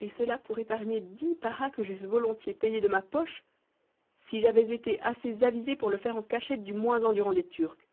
et cela pour épargner dix paras que j'eusse volontiers payés de ma poche si j'avais été assez avisé pour le faire en cachette du moins endurant des turcs